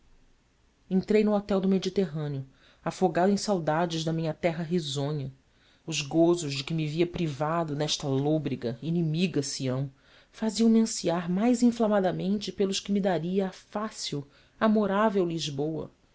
entrei no hotel do mediterrâneo afogado em saudades da minha terra risonha os gozos de que me via privado nesta lôbrega inimiga sião faziam-me ansiar mais inflamadamente pelos que me daria a fácil amorável lisboa